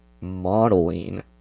modeling